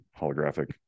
holographic